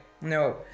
no